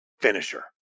finisher